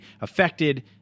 affected